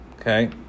Okay